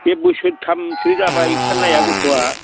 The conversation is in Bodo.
बे बोसोरथामसो जाबाय ओंखारनाया गथ'वा